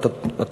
כן.